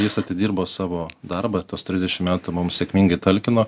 jis atidirbo savo darbą tuos trisdešimt metų mums sėkmingai talkino